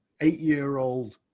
eight-year-old